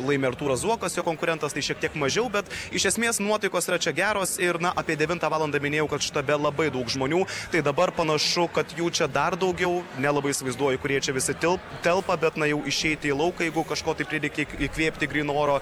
laimi artūras zuokas jo konkurentas tai šiek tiek mažiau bet iš esmės nuotaikos yra čia geros ir na apie devintą valandą minėjau kad štabe labai daug žmonių tai dabar panašu kad jų čia dar daugiau nelabai įsivaizduoju kurie jie čia visi til telpa bet na jau išeiti į lauką jeigu kažko taip prireikė įkvėpti gryno oro